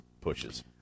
pushes